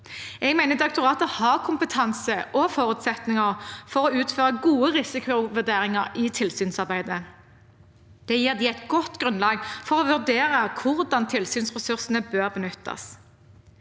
direktoratet har kompetanse og forutsetninger for å utføre gode risikovurderinger i tilsynsarbeidet. Det gir dem et godt grunnlag for å vurdere hvordan tilsynsressursene bør benyttes.